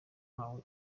mpawe